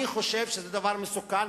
אני חושב שזה דבר מסוכן.